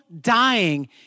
dying